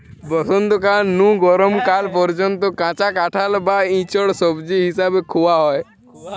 বসন্তকাল নু গরম কাল পর্যন্ত কাঁচা কাঁঠাল বা ইচোড় সবজি হিসাবে খুয়া হয়